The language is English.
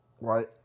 right